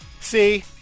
See